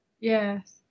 Yes